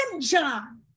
John